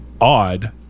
odd